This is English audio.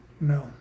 No